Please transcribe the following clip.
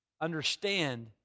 understand